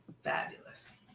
Fabulous